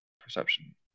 perception